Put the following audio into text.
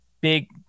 big